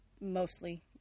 mostly